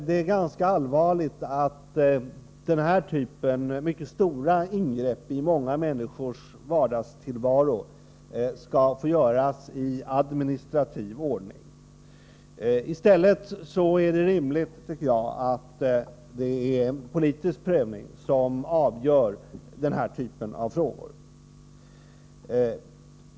Det är ganska allvarligt att denna typ av stora ingrepp i många människors vardagstillvaro skall få göras i administrativ ordning. I stället vore det rimligt med en politisk prövning av denna typ av ärenden.